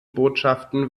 botschaften